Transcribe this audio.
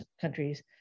countries